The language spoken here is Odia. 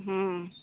ହଁ